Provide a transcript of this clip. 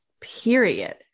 period